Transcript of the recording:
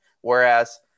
Whereas